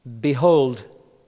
Behold